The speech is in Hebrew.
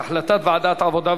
הצעת ועדת העבודה,